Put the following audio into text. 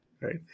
right